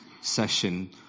session